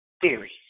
theory